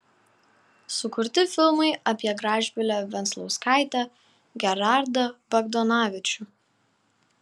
sukurti filmai apie gražbylę venclauskaitę gerardą bagdonavičių